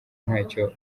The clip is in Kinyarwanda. ntacyo